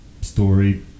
story